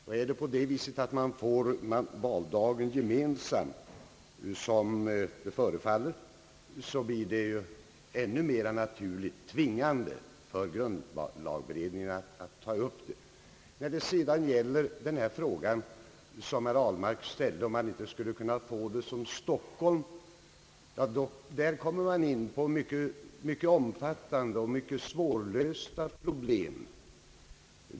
Om vi får gemensam valdag — vilket förefaller troligt — blir det ännu mera naturligt tvingande för grundlagberedningen att ta upp frågan. Vad sedan gäller den fråga som herr Ahlmark ställde, om man inte skulle kunna få det som i Stockholm, kommer vi där in på mycket svårlösta problem.